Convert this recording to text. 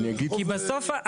בסוף,